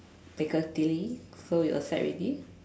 Picadilly so you accept already